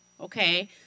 Okay